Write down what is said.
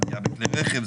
פגיעה בכלי רכב,